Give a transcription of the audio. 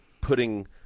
putting